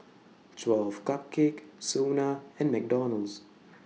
twelve Cupcakes Sona and McDonald's